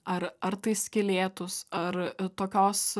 ar ar tai skylėtus ar tokios